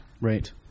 Right